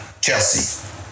Chelsea